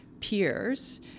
peers